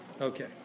Okay